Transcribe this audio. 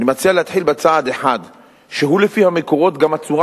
אני מציע להתחיל בצעד אחד שהוא לפי המקורות גם הצורה